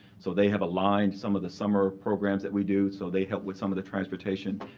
so they have aligned some of the summer programs that we do. so they help with some of the transportation.